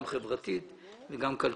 גם חברתית וגם כלכלית.